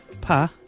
Pa